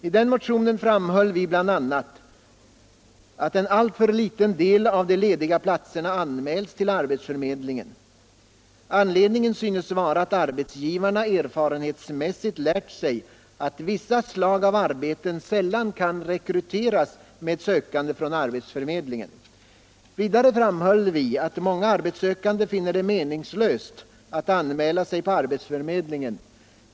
I den motionen framhöll vi bl.a. att en alltför liten del av de lediga platserna anmäls till arbetsförmedlingen. Anledningen synes vara att arbetsgivarna erfarenhetsmässigt lärt sig att vissa slag av arbeten sällan kan rekryteras med sökande från arbetsförmedlingen. Vidare framhöll vi att många arbetssökande finner det meningslöst att anmäla sig på arbetsförmedlingen.